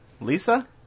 Lisa